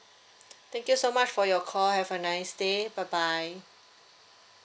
thank you so much for your call have a nice day bye bye